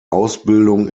ausbildung